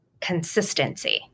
consistency